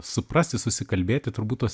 suprasti susikalbėti turbūt tuos